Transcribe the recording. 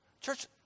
Church